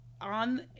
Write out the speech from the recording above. on